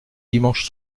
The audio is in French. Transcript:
dimanche